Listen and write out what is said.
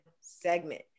segment